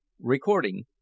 Recording